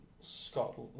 Scott